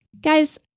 guys